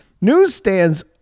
Newsstands